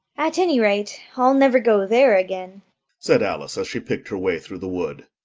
at any rate i'll never go there again said alice as she picked her way through the wood.